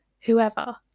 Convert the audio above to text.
whoever